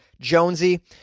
Jonesy